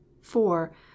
four